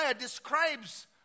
describes